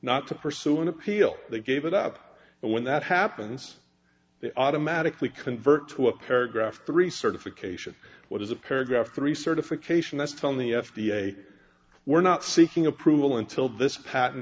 not to pursue an appeal they gave it up but when that happens they automatically convert to a paragraph three certification what is a paragraph three certification that's telling the f d a we're not seeking approval until this pat